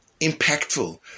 impactful